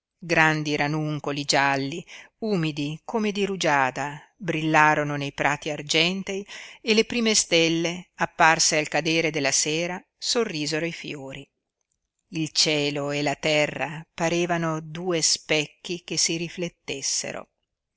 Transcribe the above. grandi ranuncoli gialli umidi come di rugiada brillarono nei prati argentei e le prime stelle apparse al cadere della sera sorrisero ai fiori il cielo e la terra parevano due specchi che si riflettessero